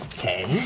ten,